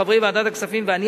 חברי ועדת הכספים ואני,